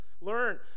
Learn